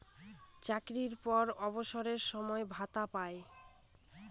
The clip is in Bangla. চাকরির পর অবসর সময়ে ভাতা পায়